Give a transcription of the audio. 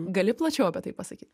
gali plačiau apie tai pasakyt